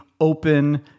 open